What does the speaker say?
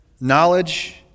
Knowledge